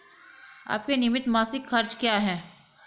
आपके नियमित मासिक खर्च क्या हैं?